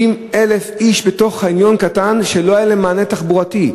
70,000 איש היו בתוך חניון קטן ולא היה להם מענה תחבורתי.